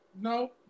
no